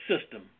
system